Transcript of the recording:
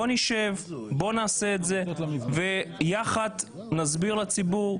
בוא נשב ויחד נסביר לציבור.